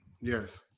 Yes